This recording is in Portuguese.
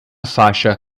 faixa